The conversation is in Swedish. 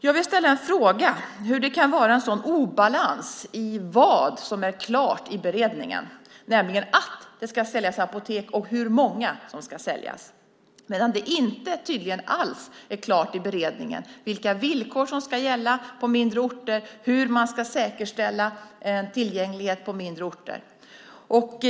Jag vill ställa en fråga: Hur kan det vara en sådan obalans när det gäller vad som är klart i beredningen, nämligen att det ska säljas apotek och hur många som ska säljas, medan det tydligen inte alls är klart i beredningen vilka villkor som ska gälla på mindre orter och hur man ska säkerställas en tillgänglighet på mindre orter?